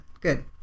good